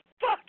Fuck